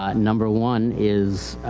ah number one is,